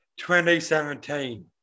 2017